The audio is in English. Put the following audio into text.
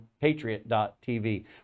Patriot.TV